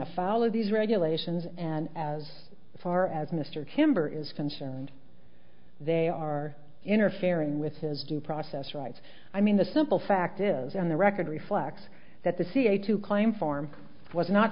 afoul of these regulations and as far as mr kimber is concerned they are interfering with his due process rights i mean the simple fact is on the record reflects that the ca to claim form was not